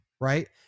right